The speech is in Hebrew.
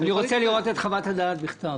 אני רוצה לראות את חוות הדעת בכתב.